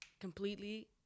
completely